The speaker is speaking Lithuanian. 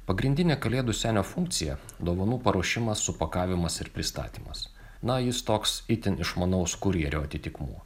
pagrindinė kalėdų senio funkcija dovanų paruošimas supakavimas ir pristatymas na jis toks itin išmanaus kurjerio atitikmuo